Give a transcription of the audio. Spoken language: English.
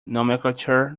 nomenclature